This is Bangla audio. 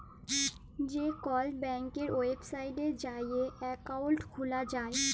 যে কল ব্যাংকের ওয়েবসাইটে যাঁয়ে একাউল্ট খুলা যায়